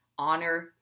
honor